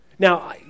Now